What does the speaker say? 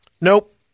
Nope